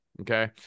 Okay